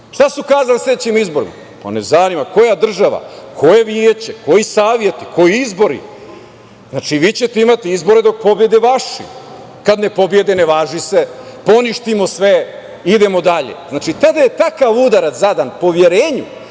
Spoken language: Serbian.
šta su kazali na sledećem izboru? Ne zanima ih, koja država, koje veće, koji saveti, koji izbori? Znači, vi ćete imati izbore dok pobede vaši. Kad ne pobede, ne važi se, poništimo sve, idemo dalje. Znači, tada je takav udarac zadan poverenju